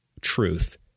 truth